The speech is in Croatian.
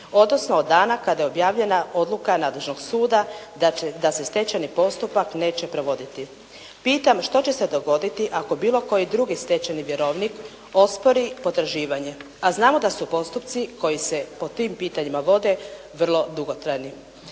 odnosno od dana kada je objavljena odluka nadležnog suda da se stečajni postupak neće provoditi. Pitam što će se dogoditi ako bilo koji drugi stečajni vjerovnik ospori potraživanje, a znamo da su postupci koji se po tim pitanjima vode vrlo dugotrajni.